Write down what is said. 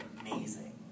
amazing